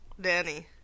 Danny